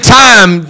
time